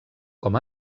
com